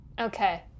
okay